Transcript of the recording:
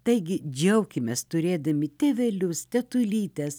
taigi džiaukimės turėdami tėvelius tetulytes